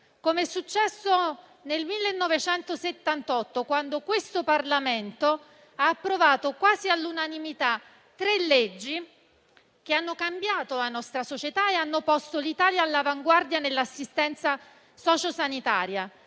come è successo nel 1978, quando il Parlamento ha approvato quasi all'unanimità tre leggi che hanno cambiato la nostra società e posto l'Italia all'avanguardia nell'assistenza socio-sanitaria.